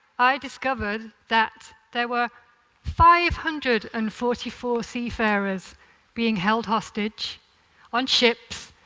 i discovered that there were five hundred and forty four seafarers being held hostage on ships,